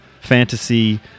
fantasy